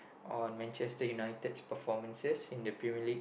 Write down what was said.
on Manchester-United's performances in the Premier League